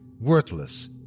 worthless